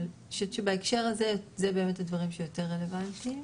אבל אני חושבת שבהקשר הזה זה באמת הדברים שיותר רלבנטיים.